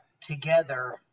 together